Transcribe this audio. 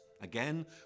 Again